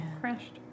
crashed